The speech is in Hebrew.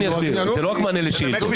זה לא רק מענה לשאילתות.